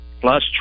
Plus